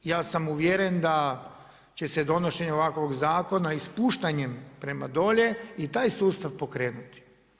Ja sam uvjeren da će se donošenjem ovakvog zakona, ispuštanjem prema dolje i taj sustav pokrenuti.